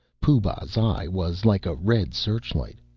pooh-bah's eye was like a red searchlight.